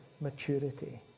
maturity